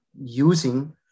using